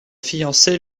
fiancé